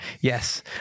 Yes